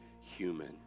human